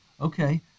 Okay